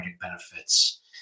benefits